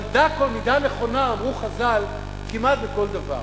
אבל דע כל מידה נכונה, אמרו חז"ל, כמעט בכל דבר,